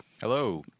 Hello